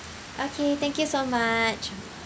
okay thank you so much